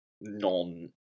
non